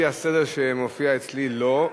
לפי הסדר שמופיע אצלי, לא.